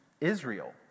Israel